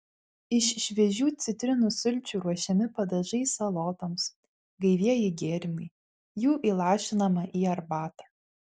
iš šviežių citrinų sulčių ruošiami padažai salotoms gaivieji gėrimai jų įlašinama į arbatą